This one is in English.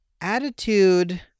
attitude